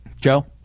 Joe